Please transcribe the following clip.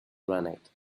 granite